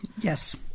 yes